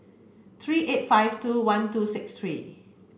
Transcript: three eight five two one two six three